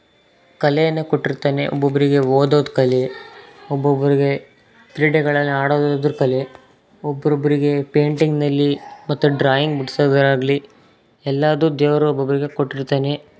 ಕಲೆಯನ್ನು ಕೊಟ್ಟಿರ್ತಾನೆ ಒಬ್ಬೊಬ್ಬರಿಗೆ ಓದೋದು ಕಲೆ ಒಬ್ಬೊಬ್ಬರಿಗೆ ಕ್ರೀಡೆಗಳಲ್ಲಿ ಆಡೋದರದ್ದು ಕಲೆ ಒಬ್ರೊಬ್ಬರಿಗೆ ಪೈಂಟಿಂಗ್ನಲ್ಲಿ ಮತ್ತು ಡ್ರಾಯಿಂಗ್ ಬಿಡಿಸೋದಾಗ್ಲಿ ಎಲ್ಲದು ದೇವರು ಒಬ್ಬೊಬ್ಬರಿಗೆ ಕೊಟ್ಟಿರ್ತಾನೆ